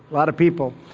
lot of people.